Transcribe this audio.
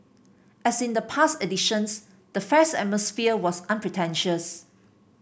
as in the past editions the fair's atmosphere was unpretentious